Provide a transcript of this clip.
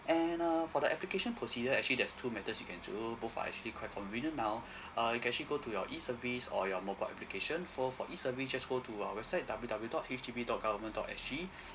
and uh for the application procedure actually there's two methods you can do both are actually quite convenient now uh you can actually go to your e service or your mobile application for for e service just go to our website W W W dot H D B dot government dot S G